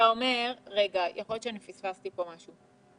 יכול להיות שפספסתי פה משהו.